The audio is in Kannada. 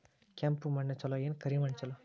ಕೆಂಪ ಮಣ್ಣ ಛಲೋ ಏನ್ ಕರಿ ಮಣ್ಣ ಛಲೋ?